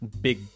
big